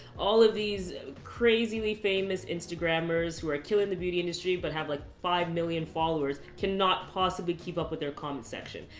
all of these crazily famous instagrammers, who are killing the beauty industry, but have like five million followers, cannot possibly keep up with their comments section.